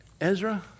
Ezra